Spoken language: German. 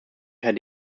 per